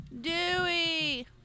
Dewey